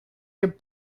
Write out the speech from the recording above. yer